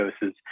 doses